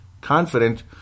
confident